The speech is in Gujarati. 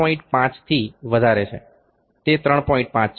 5 થી વધારે છે તે 3